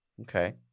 Okay